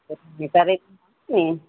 repair करे ॾींदो नी